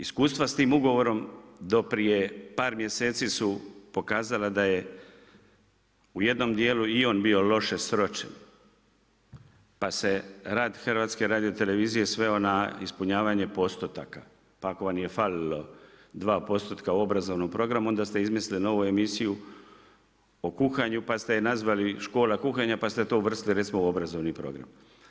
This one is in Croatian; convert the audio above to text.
Iskustva s tim ugovorom do prije par mjeseci su pokazala da je u jednom dijelu i on bio loše sročen, pa se rad Hrvatske radiotelevizije sveo na ispunjavanje postotaka pa ako vam je falilo dva postotka u obrazovnom programu onda ste izmislili novu emisiju o kuhanju, pa ste je nazvali škola kuhanja pa ste to uvrstili recimo u obrazovni program.